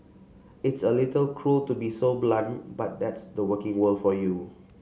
it's a little cruel to be so blunt but that's the working world for you